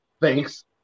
thanks